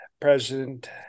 president